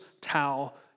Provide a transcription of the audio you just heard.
towel